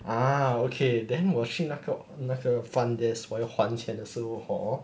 ah okay then 我去那个 front desk 我我要还钱的时后 hor